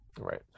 Right